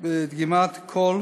בדגימת קול